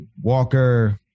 Walker